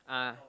ah